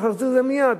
צריך להחזיר את זה מייד.